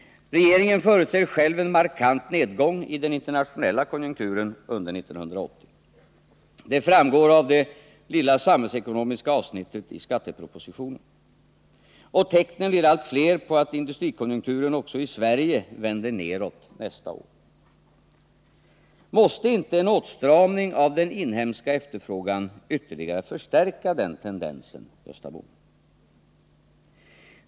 Regeringen förutser själv en markant nedgång i den internationella konjukturen under 1980. Det framgår av det lilla samhällsekonomiska avsnittet i skattepropositionen. Och tecknen blir allt fler på att industrikonjunkturen i Sverige vänder nedåt nästa år. Måste inte en åtstramning av den inhemska efterfrågan ytterligare förstärka den tendensen?